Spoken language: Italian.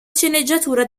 sceneggiatura